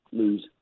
lose